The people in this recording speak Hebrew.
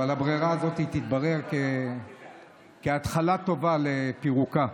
אבל הברירה הזו תתברר כהתחלה טובה לפירוקה.